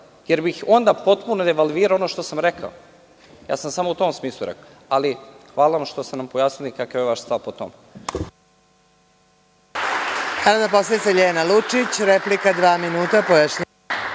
Onda bih potpuno devalvirao sve što sam rekao. Samo sam u tom smislu rekao, ali hvala vam što ste nam pojasnili kakav je vaš stav po tom